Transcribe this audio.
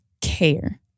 care